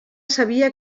sabia